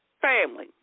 family